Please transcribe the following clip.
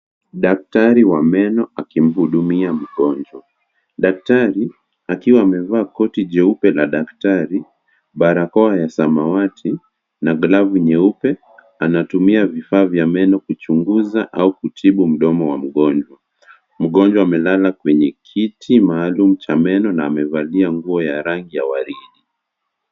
Daktari wa meno akimhudumia mgonjwa. Daktari akiwa ameva koti jeupe la daktari, barakoa ya samawati na glavu nyeupe anatumia vifaa vya meno kuchunguza au kutibu mdomo wa mgonjwa. Mgonjwa amelala kwenye kiti maalum cha meno na amevalia nguo ya rangi ya waridi.